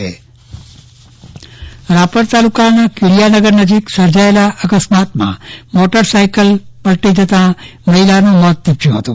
ચંદ્રવદન પદ્ટણી અકસ્માત રાપર તાલુકાના કીડીયાનગર નજીક સર્જાયેલા અકસ્માતમાં મોટરસાઈકલ પલટી જતા મહિલાનું મોત નીપજ્યુ હતું